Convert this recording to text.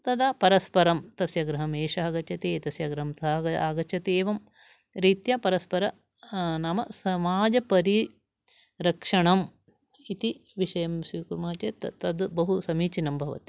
तदा परस्परं तस्य गृहम् एषः गच्छति एतस्य गृहं सः आगच्छति एवं रीत्या परस्परं नाम समाजपरिरक्षणम् इति विषयं स्वीकुर्मः चेत् तद् बहु समीचीनं भवति